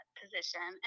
position